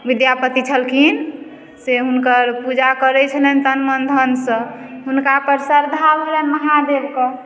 विद्यापति छलखिन से हुनकर पूजा करय छलनि तन मन धनसँ हुनकापर श्रद्धा भेलनि महादेवके